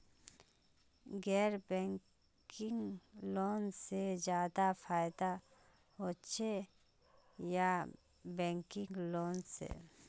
गैर banking loan से ज्यादा फायदा होचे या बैंकिंग लोन से?